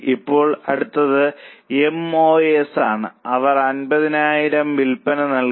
ഇപ്പോൾ അടുത്തത് M O S ആണ് അവർ 5000 വിൽപ്പന നൽകി